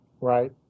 right